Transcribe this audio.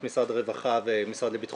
מה מתוך הכסף הגיע באמת ליעדו, מה מהמקרים טופלו.